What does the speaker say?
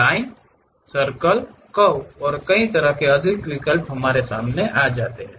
line circle curve और कई और अधिक विकल्प हैं